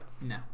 No